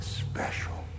special